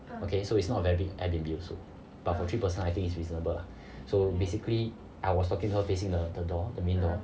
okay so it's not very big Airbnb also but for three person I think is reasonable lah so basically I was talking to her facing the door the main door